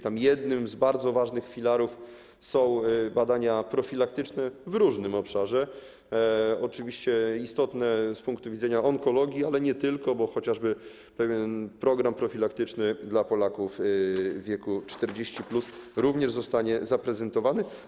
Tam jednym z bardzo ważnych filarów są badania profilaktyczne, w różnym obszarze, oczywiście istotne z punktu widzenia onkologii, ale nie tylko, bo chociażby pewien program profilaktyczny dla Polaków w wieku 40+ również zostanie zaprezentowany.